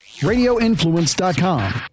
Radioinfluence.com